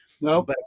No